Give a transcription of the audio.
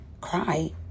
cry